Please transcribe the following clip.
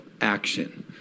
action